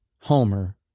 Homer